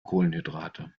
kohlenhydrate